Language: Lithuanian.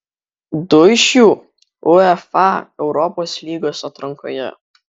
du iš jų uefa europos lygos atrankoje